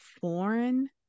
foreign